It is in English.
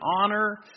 honor